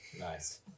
Nice